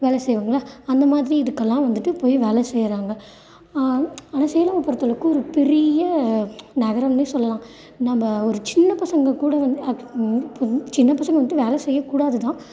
வேலை செய்வாங்களே அந்த மாதிரி இதுக்கெல்லாம் வந்துவிட்டு போய் வேலை செய்யுறாங்க ஆனால் சேலமை பொறுத்த அளவுக்கு ஒரு பெரிய நகரம்னு சொல்லலாம் நம்ம ஒரு சின்ன பசங்கக்கூட வந்து சின்ன பசங்கள் வந்துவிட்டு வேலை செய்யக்கூடாது தான்